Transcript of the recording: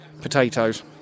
potatoes